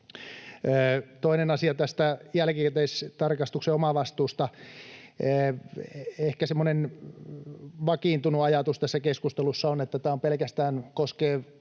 Toinen asia tästä jälkikäteistarkastuksen omavastuusta: ehkä semmoinen vakiintunut ajatus tässä keskustelussa on, että tämä koskee pelkästään